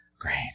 great